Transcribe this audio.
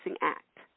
Act